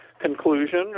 conclusion